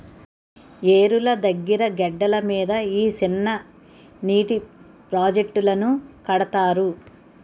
ఏరుల దగ్గిర గెడ్డల మీద ఈ సిన్ననీటి ప్రాజెట్టులను కడతారు